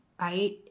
right